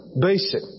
basic